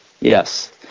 Yes